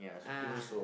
ah